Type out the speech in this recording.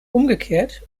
umgekehrt